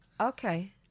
Okay